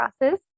crosses